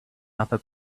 other